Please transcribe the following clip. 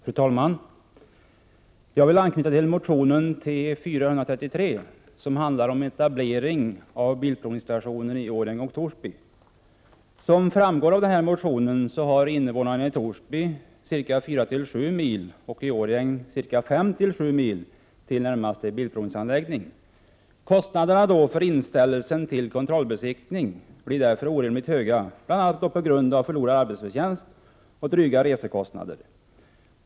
Fru talman! Jag vill anknyta till motionen T433 som handlar om etablering av en bilprovningsstation i Årjäng och Torsby. Som framgår av motionen har invånarna i Torsby ca 4 resp. 7 mil och i Årjäng ca 5-7 mil till närmaste bilprovningsanläggning. Kostnaderna för inställelse till kontrollbesiktning blir därför orimligt höga, bl.a. på grund av förlorad arbetsförtjänst och dryga resekostnader.